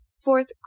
Fourth